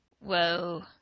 Whoa